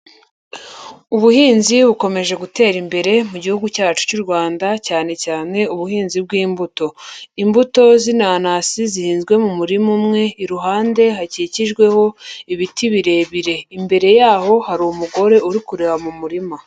Ubuhinzi bukomeje gutera imbere mu gihugu cyacu cy'u Rwanda cyane cyane ubuhinzi bw'imbuto. Imbuto z'inanasi zihinzwe mu murima umwe, iruhande hakikijweho ibiti birebire. Imbere yaho hari umugore uri kureba mu murima.